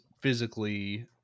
physically